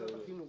משרד החינוך.